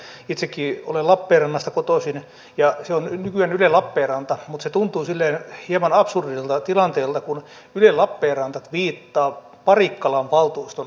elikkä itsekin olen lappeenrannasta kotoisin ja se on nykyään yle lappeenranta mutta se tuntuu silleen hieman absurdilta tilanteelta kun yle lappeenranta tviittaa parikkalan valtuuston asioista